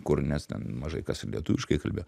kur mes ten mažai kas ir lietuviškai kalbėjo